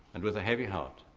and with a heavy heart,